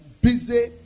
busy